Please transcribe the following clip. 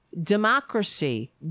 democracy